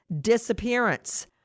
disappearance